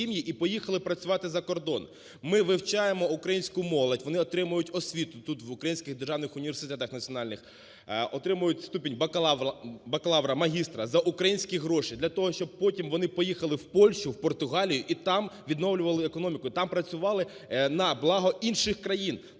і поїхали працювати за кордон. Ми вивчаємо українську молодь, вони отримують освіту тут, в українських навчальних державних університетах національних, отримують ступіть бакалавра, магістра за українські гроші для того, щоб потім вони поїхали в Польщу, в Португалію і там відновлювали економіку, там працювали на благо інших країн.